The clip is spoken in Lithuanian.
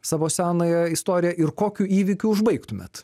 savo senąją istoriją ir kokiu įvykiu užbaigtumėt